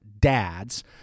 Dads